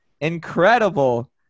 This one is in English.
incredible